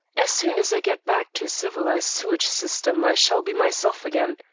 as soon as i get back to a civilized sewage system i shall be myself again.